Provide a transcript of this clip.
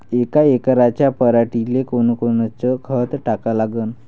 यका एकराच्या पराटीले कोनकोनचं खत टाका लागन?